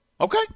Okay